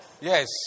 Yes